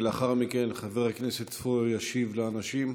ולאחר מכן חבר הכנסת פורר ישיב לאנשים,